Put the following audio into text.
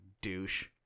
douche